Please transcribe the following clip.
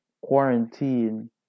quarantine